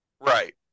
right